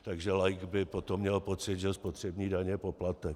Takže laik by potom měl pocit, že spotřební daň je poplatek.